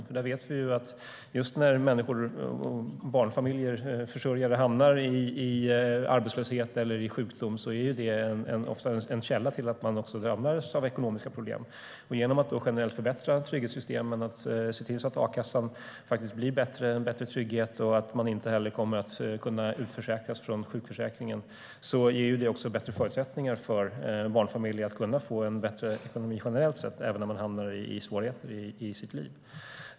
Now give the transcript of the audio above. Vi vet att just när människor - barnfamiljer och försörjare - hamnar i arbetslöshet eller sjukdom är det ofta en källa till att de också drabbas av ekonomiska problem. Genom att då generellt förbättra trygghetssystemen, se till att a-kassan faktiskt blir en bättre trygghet och att se till att människor inte heller kommer att kunna utförsäkras från sjukförsäkringen ges bättre förutsättningar för barnfamiljer att kunna få en bättre ekonomi generellt sett även om de hamnar i svårigheter i sitt liv.